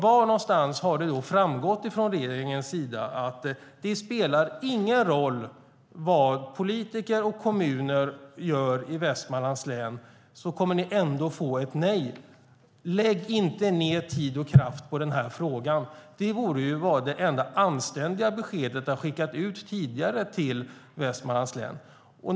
Var någonstans har det framgått från regeringens sida att det inte spelar någon roll vad politiker och kommuner gör i Västmanlands län, då de ändå kommer att få ett nej? Lägg inte ned tid och kraft på den här frågan! Det borde ha varit det enda anständiga beskedet att skicka ut tidigare till Västmanlands län.